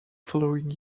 following